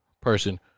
person